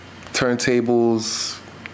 turntables